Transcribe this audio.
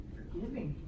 forgiving